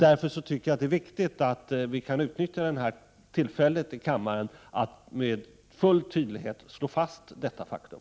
Därför tycker jag att det är viktigt att utnyttja det här tillfället att i denna kammare med full tydlighet slå fast detta faktum.